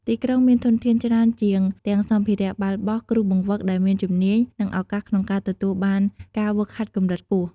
ទីក្រុងមានធនធានច្រើនជាងទាំងសម្ភារៈបាល់បោះ គ្រូបង្វឹកដែលមានជំនាញ និងឱកាសក្នុងការទទួលបានការហ្វឹកហាត់កម្រិតខ្ពស់។